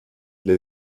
для